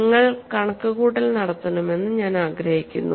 നിങ്ങൾ കണക്കുകൂട്ടൽ നടത്തണമെന്ന് ഞാൻ ആഗ്രഹിക്കുന്നു